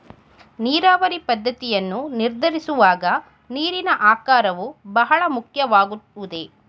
ನೀರಾವರಿ ಪದ್ದತಿಯನ್ನು ನಿರ್ಧರಿಸುವಾಗ ನೀರಿನ ಆಕಾರವು ಬಹಳ ಮುಖ್ಯವಾಗುವುದೇ?